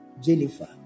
Jennifer